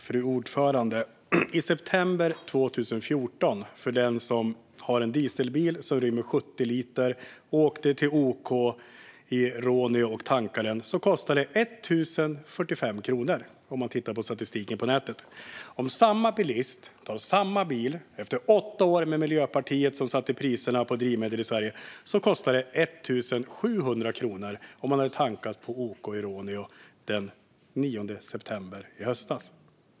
Fru talman! I september 2014 kostade det för den som hade en dieselbil som rymde 70 liter och som åkte till OK i Råneå för att tanka 1 045 kronor - enligt statistiken på nätet. Den 9 september i höstas, efter åtta år med Miljöpartiet, som satte priserna på drivmedel i Sverige, kostade det för samma bilist med samma bil 1 700 kronor att tanka på OK i Råneå.